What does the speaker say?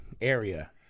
area